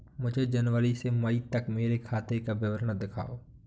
मुझे जनवरी से मई तक मेरे खाते का विवरण दिखाओ?